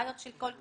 בעיות של קול קורא.